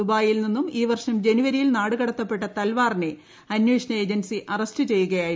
ദുബായിയിൽ നിന്നും ഈ വർഷം ജനുവരിയിൽ ന്ട്ടുകടത്തപ്പെട്ട തൽവാറിനെ അന്വേഷണ ഏജൻസി അറസ്റ്റ് പ്രെയ്യുകയായിരുന്നു